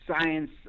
science